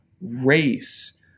race